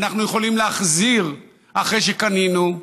אנחנו יכולים להחזיר אחרי שקנינו.